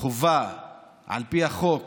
חובה לפי החוק.